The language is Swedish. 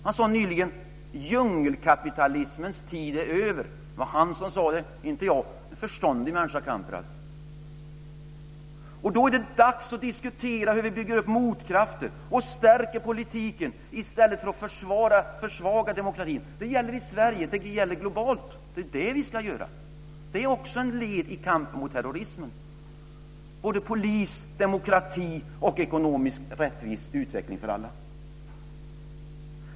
Han sade nyligen att djungelkapitalismens tid är över. Det var han som sade det, inte jag. Han är en förståndig människa, Kamprad! Då är det dags att diskutera hur vi bygger upp motkrafter och stärker politiken i stället för att försvaga demokratin. Det gäller i Sverige och det gäller globalt. Det är det vi ska göra. Det är också ett led i kampen mot terrorismen. Det behövs både polis, demokrati och ekonomiskt rättvis utveckling för alla.